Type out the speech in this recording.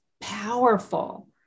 powerful